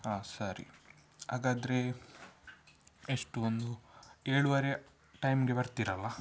ಹಾಂ ಸರಿ ಹಾಗಾದರೆ ಎಷ್ಟು ಒಂದು ಏಳುವರೆ ಟೈಮಿಗೆ ಬರ್ತಿರಲ್ಲ